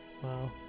Wow